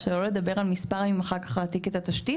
שלא נדבר על מספר הימים אחר כך להעתיק את התשתית.